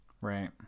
Right